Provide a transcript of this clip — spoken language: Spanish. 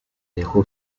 dejó